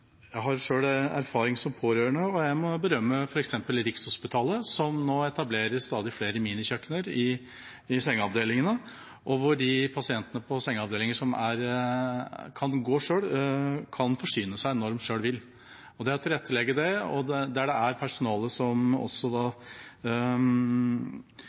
Jeg har selv erfaring som pårørende, og jeg må berømme f.eks. Rikshospitalet, som nå etablerer stadig flere minikjøkken i sengeavdelingene, hvor de pasientene som kan gå selv, kan forsyne seg når de selv vil. Det å tilrettelegge for det – der er det også personale som